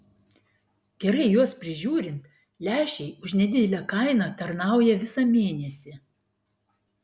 gerai juos prižiūrint lęšiai už nedidelę kainą tarnauja visą mėnesį